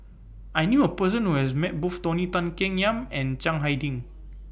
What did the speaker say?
I knew A Person Who has Met Both Tony Tan Keng Yam and Chiang Hai Ding